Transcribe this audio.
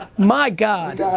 my god,